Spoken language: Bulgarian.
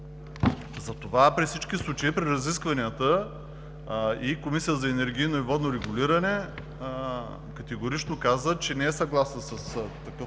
Затова при всички случаи и при разискванията Комисията за енергийно и водно регулиране категорично каза, че не е съгласна с такъв